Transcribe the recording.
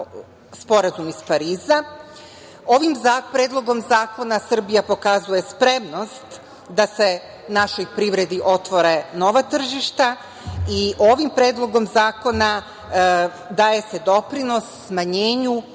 Sporazum iz Pariza. Ovim Predlogom zakona Srbija pokazuje spremnost da se našoj privredi otvore nova tržišta i ovim Predlogom zakona daje se doprinos smanjenju